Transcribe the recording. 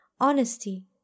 honesty